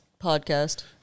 podcast